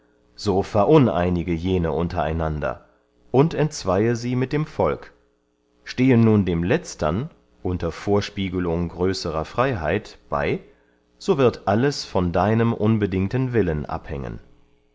so veruneinige jene unter einander und entzweye sie mit dem volk stehe nun dem letztern unter vorspiegelung größerer freyheit bey so wird alles von deinem unbedingten willen abhängen